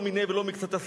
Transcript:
לא מיניה ולא מקצתיה,